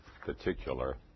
particular